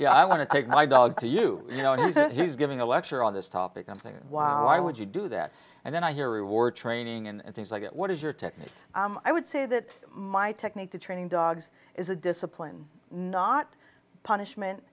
yeah i want to take my dog to you you know he said he's giving a lecture on this topic i'm thinking wow why would you do that and then i hear reward training and things like that what is your technique i would say that my technique to training dogs is a discipline not punishment